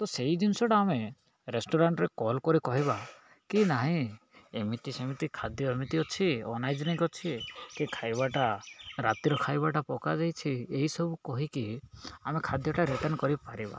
ତ ସେଇ ଜିନିଷଟା ଆମେ ରେଷ୍ଟୁରାଣ୍ଟରେ କଲ୍ କରି କହିବା କି ନାହିଁ ଏମିତି ସେମିତି ଖାଦ୍ୟ ଏମିତି ଅଛି ଅନହାଇଜେନିକ ଅଛି କି ଖାଇବାଟା ରାତିର ଖାଇବାଟା ପକାଯାଇଛି ଏହିସବୁ କହିକି ଆମେ ଖାଦ୍ୟଟା ରିଟର୍ଣ୍ଣ କରିପାରିବା